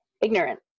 ignorant